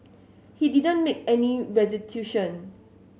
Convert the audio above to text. he didn't make any restitution